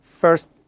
first